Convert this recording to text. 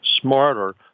smarter